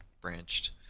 branched